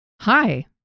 Hi